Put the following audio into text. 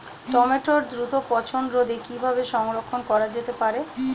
টমেটোর দ্রুত পচনরোধে কিভাবে সংরক্ষণ করা যেতে পারে?